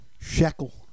shekel